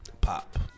Pop